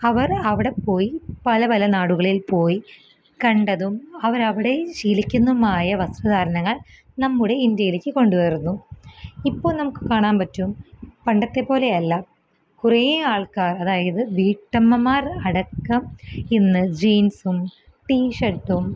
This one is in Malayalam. അവര് അവടെപ്പോയി പല പല നാടുകളില് പോയി കണ്ടതും അവര് അവിടെ ശീലിക്കുന്നുമായ വസ്ത്ര ധാരണ നമ്മുടെ ഇന്ത്യയിലേക്ക് കൊണ്ടുവരുന്നു ഇപ്പോൾ നമുക്ക് കാണാമ്പറ്റും പണ്ടത്തെപ്പോലെയല്ല കുറെ ആള്ക്കാര് അതായത് വീട്ടമ്മമാര് അടക്കം ഇന്ന് ജീന്സ്സും ടീ ഷട്ടും